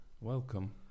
Welcome